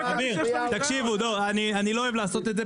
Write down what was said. אני לא אוהב לעשות את זה,